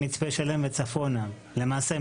הבנתי.